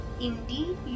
Indeed